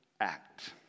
act